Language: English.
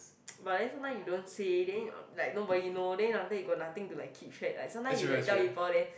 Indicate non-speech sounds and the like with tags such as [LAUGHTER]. but then sometimes you don't say then [NOISE] like nobody you know then after that you got nothing to like keep track like sometime you like tell people then